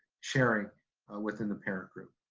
sharing within the parent group.